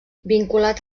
vinculat